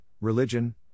religion